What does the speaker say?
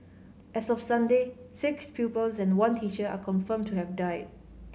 as of Sunday six pupils and one teacher are confirmed to have died